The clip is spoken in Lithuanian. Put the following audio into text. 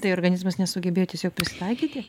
tai organizmas nesugebėjo tiesiog prisitaikyti